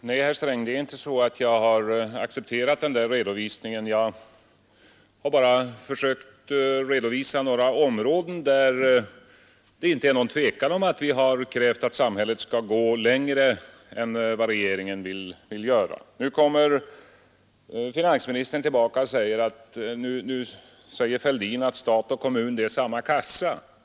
Herr talman! Nej, herr Sträng, jag har inte accepterat den där redovisningen. Jag har bara försökt redovisa några områden där det inte är något tvivel om att vi har krävt att samhället skall gå längre än regeringen vill göra Finansministern säger nu att jag har påstått att vare sig det gäller stat eller kommun, så gäller det samma kassa.